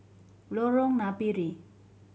Lorong Napiri